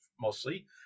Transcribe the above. mostly